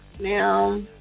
now